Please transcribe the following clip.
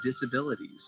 disabilities